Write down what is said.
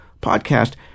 podcast